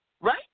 Right